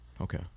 Okay